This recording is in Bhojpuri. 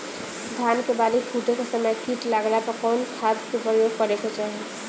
धान के बाली फूटे के समय कीट लागला पर कउन खाद क प्रयोग करे के चाही?